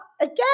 Again